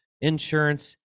insurance